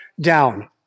down